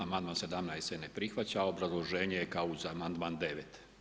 Amandman 17. se ne prihvaća a obrazloženje je kao uz amandman 9.